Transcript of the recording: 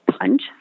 punch